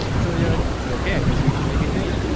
so, yeah, like, okay, i guess we should make it green.